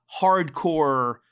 hardcore